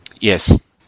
Yes